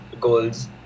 goals